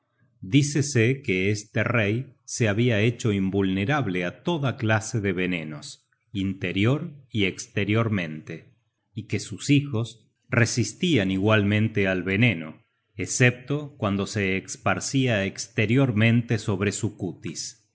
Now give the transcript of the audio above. contenido dícese que este rey se habia hecho invulnerable á toda clase de venenos interior y esteriormente y que sus hijos resistian igualmente al veneno escepto cuando se esparcia esteriormente sobre su cutis